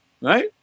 right